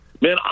Man